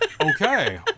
Okay